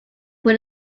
fue